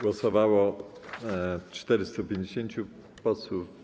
Głosowało 450 posłów.